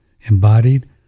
embodied